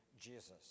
Jesus